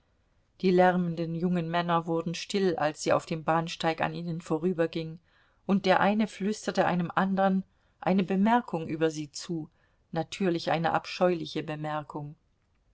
die lärmenden jungen männer wurden still als sie auf dem bahnsteig an ihnen vorüberging und der eine flüsterte einem andern eine bemerkung über sie zu natürlich eine abscheuliche bemerkung